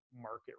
Market